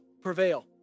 prevail